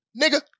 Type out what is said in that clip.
nigga